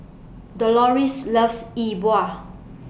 Doloris loves Yi Bua